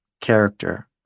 character